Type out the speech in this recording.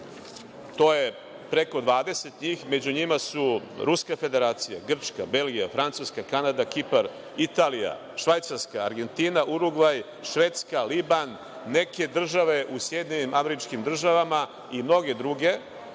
To je preko 20 njih. Među njima su Ruska Federacija, Grčka, Belgija, Francuska, Kanada, Kipar, Italija, Švajcarska, Argentina, Urugvaj, Švedska, Liban, neke države u SAD, i mnoge druge